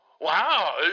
Wow